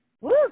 Woo